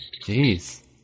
Jeez